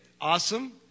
awesome